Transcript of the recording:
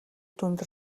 дүнд